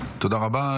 תודה רבה.